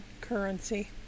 currency